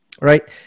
right